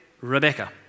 Rebecca